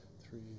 three